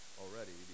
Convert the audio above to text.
already